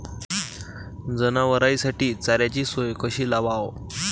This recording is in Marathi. जनावराइसाठी चाऱ्याची सोय कशी लावाव?